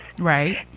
Right